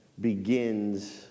begins